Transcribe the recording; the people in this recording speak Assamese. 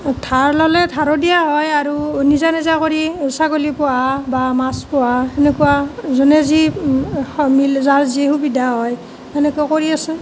ধাৰ ল'লে ধাৰো দিয়া হয় আৰু নিজা নিজা কৰি ছাগলী পোহা বা মাছ পোহা সেনেকুৱা যোনে যি মিল যাৰ যি সুবিধা হয় সেনেকুৱা কৰি আছোঁ